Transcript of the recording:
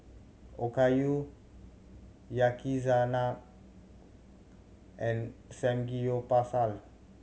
Okayu Yakizakana and Samgeyopsal